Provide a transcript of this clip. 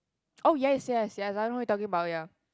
oh yes yes yes I know what you're talking about ya